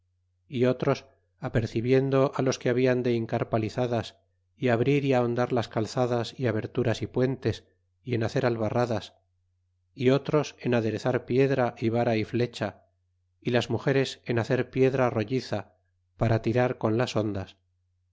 y otros apercibiendo los que habian de hincar palizadas y abrir y ahondar las calzadas y aberturas y puentes y en hacer abarradas y otros en aderezar piedra y vara y ilecha y las mugeres en hacer piedra rolliza para tirar con las hondas